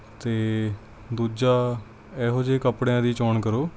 ਅਤੇ ਦੂਜਾ ਇਹੋ ਜਿਹੇ ਕੱਪੜਿਆਂ ਦੀ ਚੋਣ ਕਰੋ